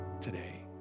today